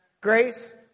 Grace